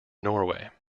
norway